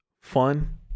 fun